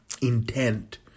intent